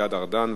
גלעד ארדן.